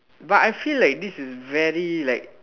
but I feel like this is very like